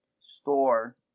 store